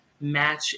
match